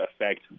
effect